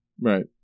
Right